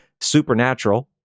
supernatural